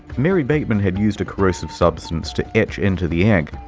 mary bateman had used a corrosive substance to etch into the egg.